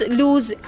lose